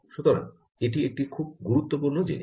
সুতরাং এটি একটি খুব গুরুত্বপূর্ণ জিনিস